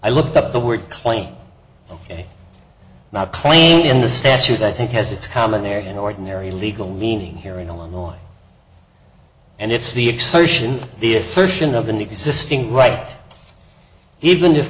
i looked up the word claim ok not claimed in the statute i think as it's common area in ordinary legal meaning here in illinois and it's the explosion the assertion of an existing right even if